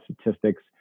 statistics